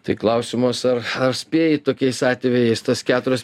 tai klausimas ar ar spėji tokiais atvejais tos keturios